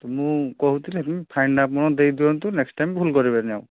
ତ ମୁଁ କହୁଥିଲି ଫାଇନ୍ଟା ଆପଣ ଦେଇଦିଅନ୍ତୁ ନେକ୍ସଟ ଟାଇମ୍ ଭୁଲ କରିବେନି ଆଉ